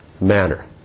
manner